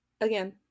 again